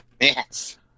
Yes